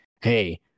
hey